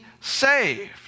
saved